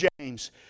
James